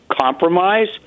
compromise